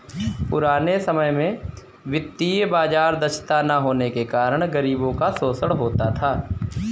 पुराने समय में वित्तीय बाजार दक्षता न होने के कारण गरीबों का शोषण होता था